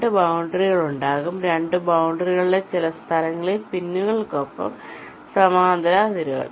2 ബൌണ്ടറികൾ ഉണ്ടാകും 2 ബൌണ്ടറികളിലെ ചില സ്ഥലങ്ങളിൽ പിന്നുകൾക്കൊപ്പം സമാന്തര അതിരുകൾ